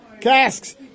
casks